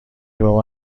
بابا